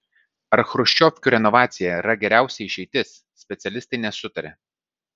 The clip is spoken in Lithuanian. ar chruščiovkių renovacija yra geriausia išeitis specialistai nesutaria